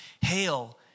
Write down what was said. Hail